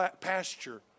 pasture